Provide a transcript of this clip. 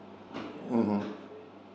mm hmm